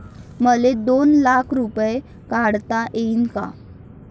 मले दोन लाख रूपे काढता येईन काय?